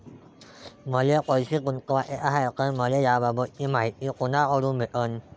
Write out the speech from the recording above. मले पैसा गुंतवाचा हाय तर मले याबाबतीची मायती कुनाकडून भेटन?